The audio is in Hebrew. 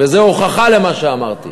וזה הוכחה למה שאמרתי.